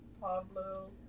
Pablo